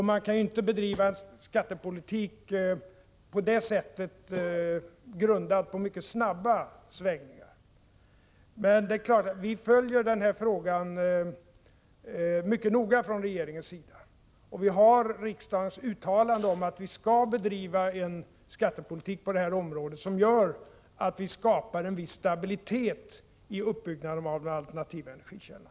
Man kan inte bedriva en skattepolitik, grundad på mycket snabba svängningar, men det är klart att vi följer denna fråga mycket noga från regeringens sida, och vi har riksdagens uttalande om att vi skall bedriva en skattepolitik på det här området som gör att vi skapar en viss stabilitet i uppbyggnaden av de alternativa energikällorna.